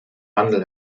wandel